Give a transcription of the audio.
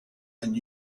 and